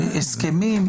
הסכמים?